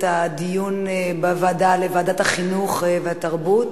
הדיון בוועדה לוועדת החינוך והתרבות?